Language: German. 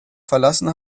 verlassen